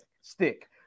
stick